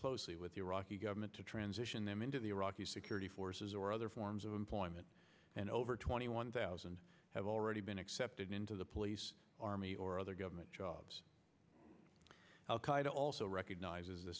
closely with the iraqi government to transition them into the iraqi security forces or other forms of employment and over twenty one thousand have already been accepted into the police army or other government jobs al qaeda also recognizes the